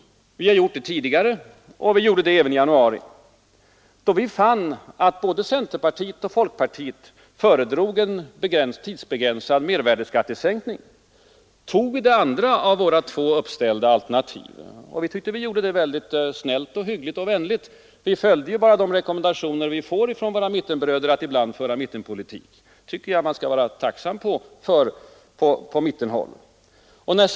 Vi har gjort det tidigare och vi gjorde det även i januari i år. Då vi fann att både centerpartiet och folkpartiet föredrog en tidsbegränsad mervärdeskattesänkning, valde vi det andra av våra båda uppställda alternativ. Och vi tyckte att vi då var snälla, vänliga och hyggliga — vi följde ju bara de rekommendationer vi ibland får från våra mittenbröder att föra mittenpolitik. Det tycker jag att man på mittenhåll skall vara tacksam för.